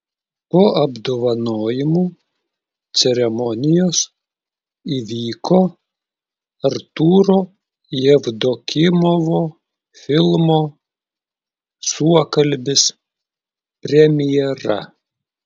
po apdovanojimų ceremonijos įvyko artūro jevdokimovo filmo suokalbis premjera